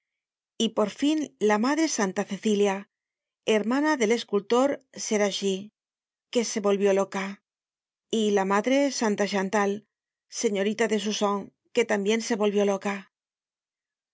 y por fin la madre santa cecilia hermana del escultor ceracchi que se volvió loca y la madre santa chantal señorita de suzon que tambien se volvió loca